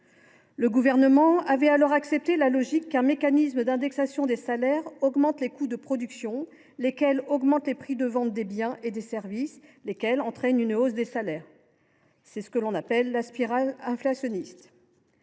Le gouvernement d’alors a accepté la logique selon laquelle un mécanisme d’indexation des salaires augmente les coûts de production, lesquels augmentent les prix de vente des biens et des services, lesquels entraînent une hausse des salaires. C’est ce que l’on appelle la spirale inflationniste